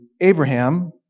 Abraham